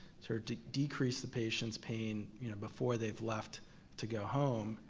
sort of to decrease the patients pain you know before they've left to go home.